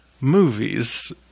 movies